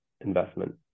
investment